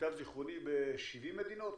למיטב זיכרוני, ב-70 מדינות